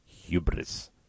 hubris